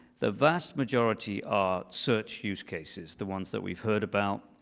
the vast majority are search use cases, the ones that we've heard about,